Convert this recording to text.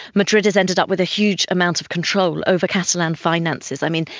madrid has ended up with a huge amount of control over catalan finances. i mean,